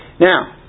Now